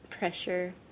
Pressure